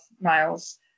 Miles